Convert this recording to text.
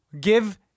Give